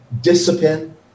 discipline